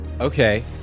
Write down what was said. okay